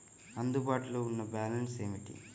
అందుబాటులో ఉన్న బ్యాలన్స్ ఏమిటీ?